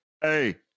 hey